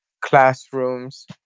classrooms